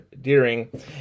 Deering